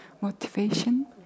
motivation